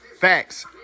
facts